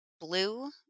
blue